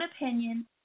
opinion